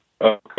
Okay